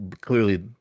clearly